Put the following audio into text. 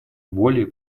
более